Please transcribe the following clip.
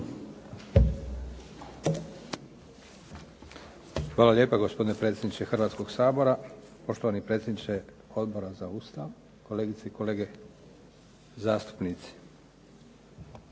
Hvala lijepo gospodine predsjedniče Hrvatskog sabora. Poštovani predsjedniče Odbora za Ustav, kolegice i kolege zastupnici.